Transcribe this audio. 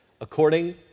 According